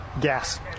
gas